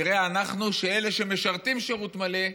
נראה אנחנו שאלה שמשרתים שירות מלא,